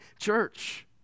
church